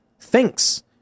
thinks